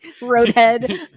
Roadhead